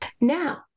Now